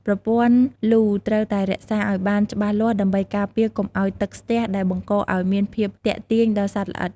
ប្រព័ន្ធលូត្រូវតែរក្សាឱ្យបានច្បាស់លាស់ដើម្បីការពារកុំឱ្យទឹកស្ទះដែលបង្កឲ្យមានភាពទាក់ទាញដល់សត្វល្អិត។